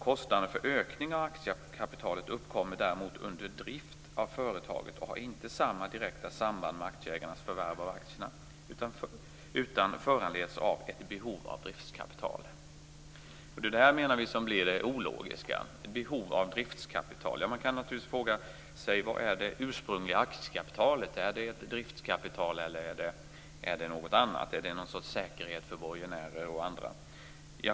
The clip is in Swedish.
Kostnader för ökning av aktiekapitalet uppkommer däremot under driften av företaget och har inte samma direkta samband med aktieägarnas förvärv av aktierna utan föranleds av ett behov av driftkapital." Det är det som vi menar är det ologiska, dvs. "behov av driftkapital". Man kan naturligtvis fråga sig vad det ursprungliga aktiekapitalet är. Är det driftkapital eller är det något annat? Är det något slags säkerhet för borgenärer och andra?